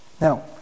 Now